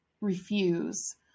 refuse